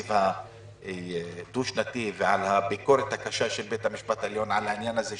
התקציב הדו-שנתי והביקורת הקשה של בית המשפט העליון על העניין של